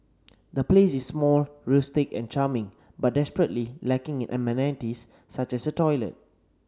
the place is small rustic and charming but desperately lacking in amenities such as a toilet